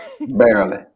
Barely